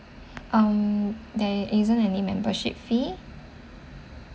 um there isn't any membership fee